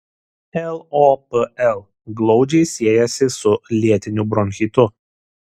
lopl glaudžiai siejasi su lėtiniu bronchitu